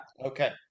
Okay